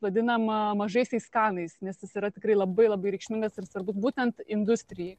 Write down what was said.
vadinama mažaisiais kanais nes jis yra tikrai labai labai reikšmingas ir svarbus būtent industrijai